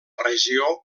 regió